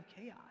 chaos